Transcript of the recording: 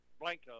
Blanco